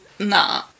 Nah